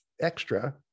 extra